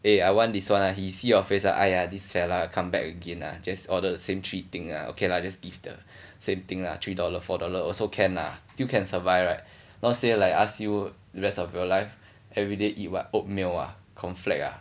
eh I want this one lah he see your face ah !aiya! this fella come back again ah just order the same three thing ah okay lah just give the same thing lah three dollar four dollar also can lah still can survive right not say like ask you the rest of your life everyday eat what oatmeal ah cornflake ah